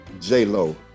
J-Lo